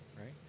right